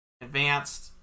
Advanced